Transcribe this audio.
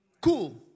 cool